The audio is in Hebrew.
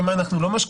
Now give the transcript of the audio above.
במה לא,